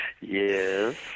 Yes